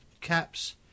caps